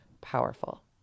powerful